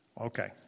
Okay